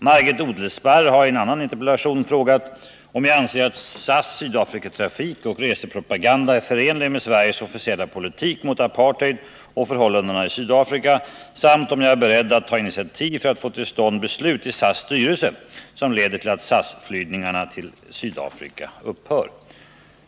Margit Odelsparr har i en annan interpellation frågat om jag anser att SAS Sydafrikatrafik och resepropaganda är förenliga med Sveriges officiella politik mot apartheid och förhållandena i Sydafrika samt om jag är beredd att ta initiativ för att få till stånd beslut i SAS styrelse som leder till att SAS flygningar till Sydafrika upphör.